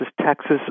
Texas